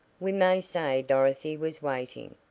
we may say dorothy was waiting,